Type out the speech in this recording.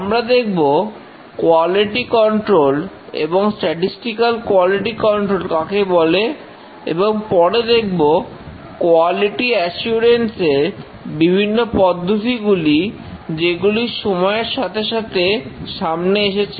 আমরা দেখব quality control এবং স্ট্যাটিসটিক্যাল কোয়ালিটি কন্ট্রোল কাকে বলে এবং পরে দেখবো কোয়ালিটি অ্যাসুরেন্স এর বিভিন্ন পদ্ধতিগুলি যেগুলি সময়ের সাথে সাথে সামনে এসেছে